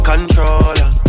Controller